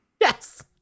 Yes